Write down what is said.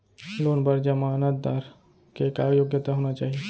Loan बर जमानतदार के का योग्यता होना चाही?